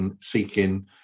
seeking